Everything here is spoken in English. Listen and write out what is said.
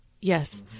Yes